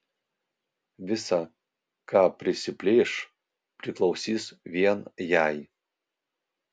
visa ką prisiplėš priklausys vien jai